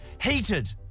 heated